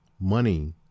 money